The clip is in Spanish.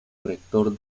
rector